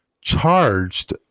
charged